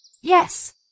Yes